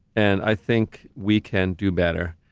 and i think we can do better,